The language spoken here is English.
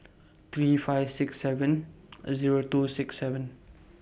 three five six seven Zero two six seven